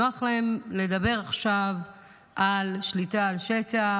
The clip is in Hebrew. נוח להם לדבר עכשיו על שליטה על שטח,